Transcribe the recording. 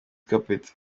carpet